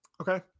Okay